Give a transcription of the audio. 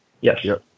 Yes